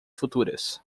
futuras